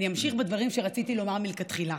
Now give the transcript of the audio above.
אני אמשיך בדברים שרציתי לומר מלכתחילה.